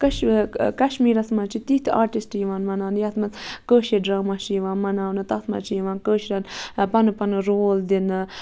کٔش کَشمیٖرَس منٛز چھِ تِتھ آٹِسٹ یِوان مناونہٕ یَتھ منٛز کٲشِر ڈرٛاما چھِ یِوان مناونہٕ تَتھ منٛز چھِ یِوان کٲشِرٮ۪ن پَنُن پَنُن رول دِنہٕ